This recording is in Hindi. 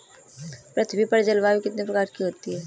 पृथ्वी पर जलवायु कितने प्रकार की होती है?